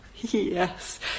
Yes